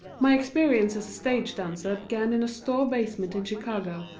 my experience as a stage dancer began in a store basement in chicago,